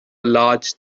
large